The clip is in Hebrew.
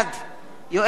יואל חסון,